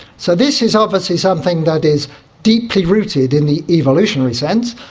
so this is obviously something that is deeply rooted in the evolutionary sense.